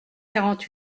quarante